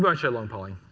but share long pulling.